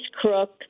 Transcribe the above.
Crook